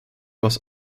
was